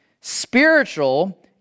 Spiritual